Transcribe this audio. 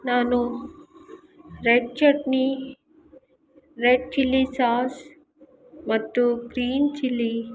ನಾನು red chutney red chilli sauce ಮತ್ತು green chilli